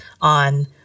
on